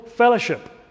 fellowship